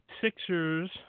Sixers